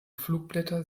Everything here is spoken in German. flugblätter